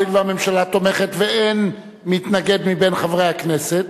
הואיל והממשלה תומכת ואין מתנגד מבין חברי הכנסת,